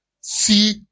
See